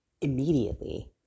immediately